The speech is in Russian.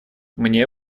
мне